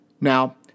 Now